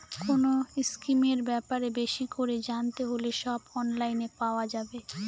কোনো স্কিমের ব্যাপারে বেশি করে জানতে হলে সব অনলাইনে পাওয়া যাবে